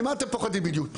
ממה אתם פוחדים בדיוק?